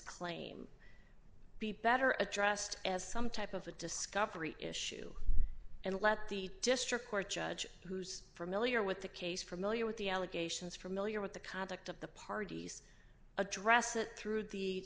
claim be better addressed as some type of a discovery issue and let the district court judge who's familiar with the case for one million with the allegations from illegal with the conduct of the parties address it through the